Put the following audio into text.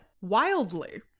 wildly